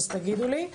אז תגידו לי.